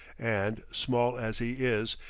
and, small as he is,